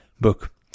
book